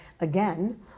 again